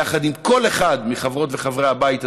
יחד עם כל אחד מחברות וחברי הבית הזה,